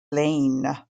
lane